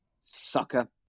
Sucker